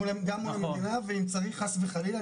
לכל מי שחשב אחרת.